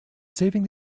saving